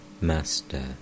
Master